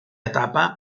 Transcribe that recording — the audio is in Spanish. etapa